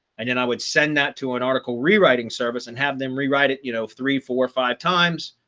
and then i would send that to an article rewriting service and have them rewrite it, you know, three, four or five times.